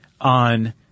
on